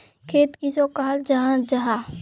खेत किसोक कहाल जाहा जाहा?